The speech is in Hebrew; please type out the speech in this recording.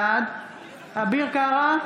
בעד אביר קארה,